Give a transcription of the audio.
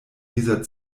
dieser